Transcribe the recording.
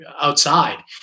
outside